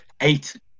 Eight